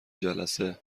جلسه